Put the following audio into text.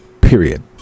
period